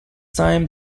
time